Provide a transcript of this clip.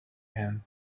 him